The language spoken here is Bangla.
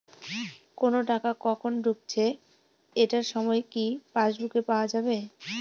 কোনো টাকা কখন ঢুকেছে এটার সময় কি পাসবুকে পাওয়া যাবে?